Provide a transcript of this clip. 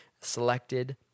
selected